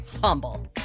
Humble